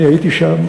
אני הייתי שם,